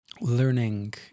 learning